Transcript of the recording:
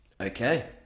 okay